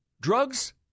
Drugs